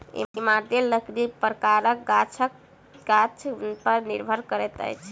इमारती लकड़ीक प्रकार गाछ गाछ पर निर्भर करैत अछि